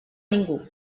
ningú